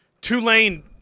Tulane